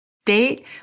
state